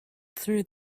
through